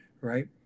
Right